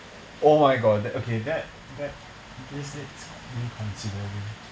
!wah! my god that okay that that this needs considering